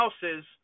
houses